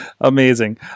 Amazing